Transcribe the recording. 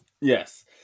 Yes